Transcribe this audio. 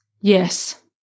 Yes